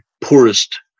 poorest